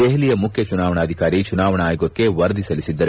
ದೆಹಲಿಯ ಮುಖ್ಯ ಚುನಾವಣಾಧಿಕಾರಿ ಚುನಾವಣಾ ಅಯೋಗಕ್ಕೆ ವರದಿ ಸಲ್ಲಿಸಿದ್ದರು